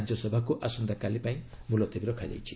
ରାଜ୍ୟସଭାକୁ ଆସନ୍ତାକାଲି ପାଇଁ ମୁଲତବୀ ରଖାଯାଇଛି